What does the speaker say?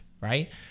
right